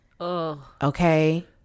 Okay